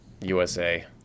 USA